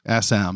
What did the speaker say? SM